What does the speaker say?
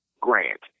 grant